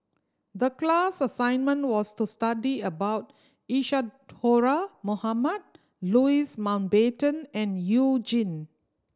the class assignment was to study about Isadhora Mohamed Louis Mountbatten and You Jin